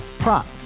Prop